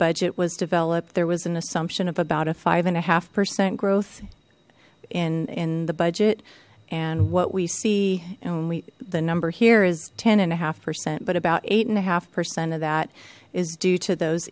budget was developed there was an assumption of about a five and a half percent growth in in the budget and what we see and when we the number here is ten and a half percent but about eight and a half percent of that is due to those